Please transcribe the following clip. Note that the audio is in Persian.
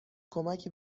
کمکی